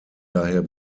daher